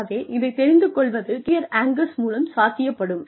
ஆகவே இதைத் தெரிந்து கொள்வது கெரியர் ஆங்கர்ஸ் மூலம் சாத்தியப்படும்